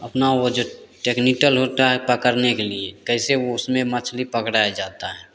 अपना वो जो टेक्निकल होता है पकड़ने के लिए कैसे वो उसमें मछली पकड़ा जाता है